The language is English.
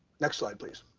next slide, please,